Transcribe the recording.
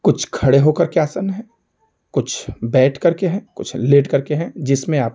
कुछ खड़े होकर के आसन हैं कुछ बैठकर के हैं कुछ लेट कर के हैं जिसमें आप